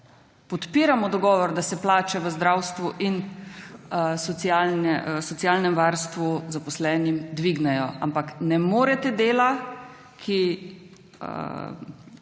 Podpiramo dogovor, da se plače v zdravstvu in socialnem varstvu zaposlenim dvignejo, ampak ne morete dela, ki